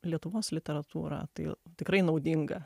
lietuvos literatūrą tai tikrai naudinga